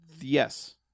Yes